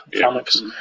Comics